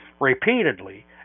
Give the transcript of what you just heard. repeatedly